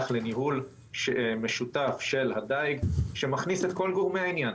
לניהול משותף של הדיג שמכניס את כל גורמי העניין.